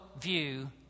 view